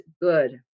good